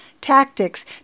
tactics